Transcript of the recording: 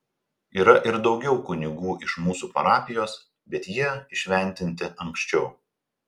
yra ir daugiau kunigų iš mūsų parapijos bet jie įšventinti anksčiau